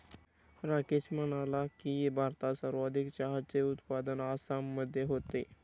राकेश म्हणाला की, भारतात सर्वाधिक चहाचे उत्पादन आसाममध्ये होते